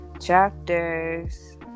chapters